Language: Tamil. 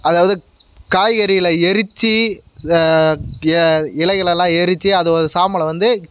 அதாவது காய்கறிகளை எரித்து இ இலைகளை எல்லாம் எரித்து அதோட சாம்பலை வந்து